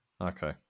Okay